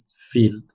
field